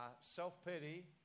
self-pity